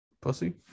Pussy